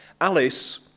Alice